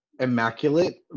immaculate